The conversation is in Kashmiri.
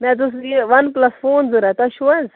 مےٚ حظ اوس یہِ وَن پلس فون ضرورت تۄہہِ چھو حظ